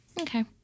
Okay